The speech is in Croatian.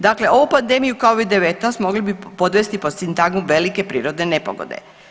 Dakle, ovu pandemiju covid-19 mogli podvesti pod sintagmu velike prirodne nepogode.